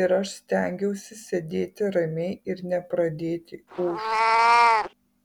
ir aš stengiausi sėdėti ramiai ir nepradėti ūžt